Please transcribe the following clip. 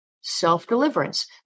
self-deliverance